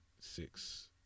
six